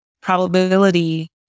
probability